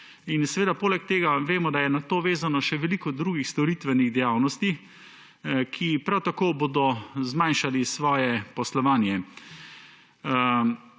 in poleg tega vemo, da je na to vezano še veliko drugih storitvenih dejavnosti, ki bodo prav tako zmanjšale svoje poslovanje.